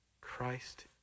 Christ